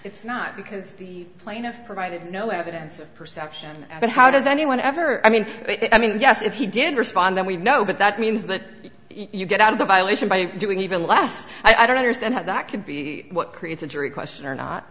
it's not because the plaintiff provided no evidence of perception but how does anyone ever i mean i mean yes if he did respond then we know but that means that you get out of the violation by doing even less i don't understand how that could be what creates a jury question or not